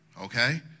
Okay